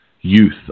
youth